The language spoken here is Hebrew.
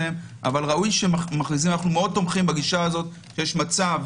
אנו תומכים שיש מצב